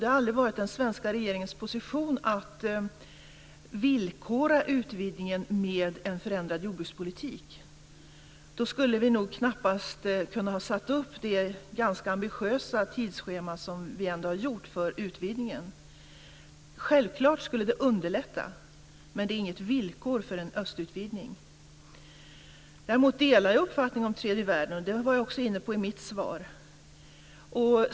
Det har aldrig varit den svenska regeringens position att villkora utvidgningen med en förändrad jordbrukspolitik. Då skulle vi nog knappast ha kunnat sätta upp det ganska ambitiösa tidsschema som vi ändå har gjort för utvidgningen. Självklart skulle det underlätta. Men det är inget villkor för en östutvidgning. Däremot delar jag uppfattningen om tredje världen. Det var jag också inne på i mitt svar.